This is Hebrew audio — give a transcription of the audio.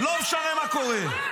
-- לא משנה מה קורה.